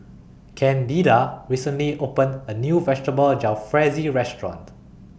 Candida recently opened A New Vegetable Jalfrezi Restaurant